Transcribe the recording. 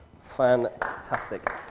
Fantastic